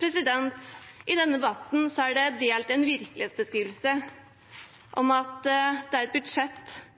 I denne debatten er det delt en virkelighetsbeskrivelse om at det er et budsjett